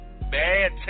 bad